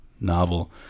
novel